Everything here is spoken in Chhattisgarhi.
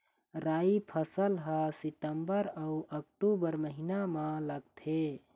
राई फसल हा सितंबर अऊ अक्टूबर महीना मा लगथे